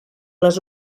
les